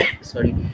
Sorry